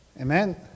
Amen